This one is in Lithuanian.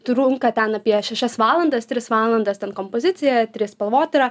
trunka ten apie šešias valandas tris valandas ten kompozicija tris spalvotyra